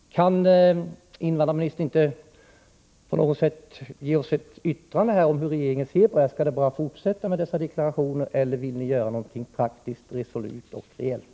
Kan invandrarministern inte ge oss någon form av uttalande om hur regeringen ser på detta? Skall det bara fortsätta med deklarationer, eller vill ni göra något praktiskt, resolut och reellt?